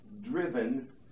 driven